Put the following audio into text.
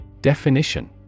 Definition